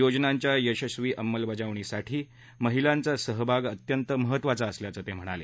योजनांच्या यशस्वी अंमलबजावणीसाठी महिलांचा सहभाग अत्यंत महत्वाचा असल्याचं ते म्हणाले